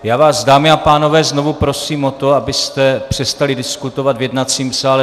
Já vás, dámy a pánové, znovu prosím o to, abyste přestali diskutovat v jednacím sále.